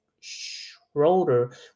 Schroeder